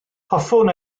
hoffwn